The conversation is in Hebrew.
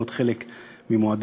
להיות חלק ממועדון.